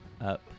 up